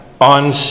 on